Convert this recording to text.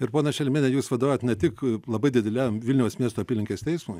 ir ponia šelmiene jūs vadovaujat ne tik labai dideliam vilniaus miesto apylinkės teismui